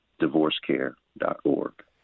divorcecare.org